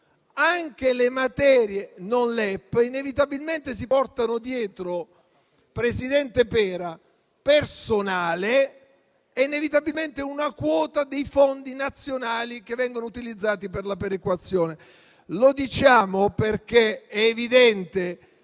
anche le materie non LEP inevitabilmente si portano dietro - presidente Pera - personale e inevitabilmente una quota dei fondi nazionali che vengono utilizzati per la perequazione. Lo diciamo perché è evidente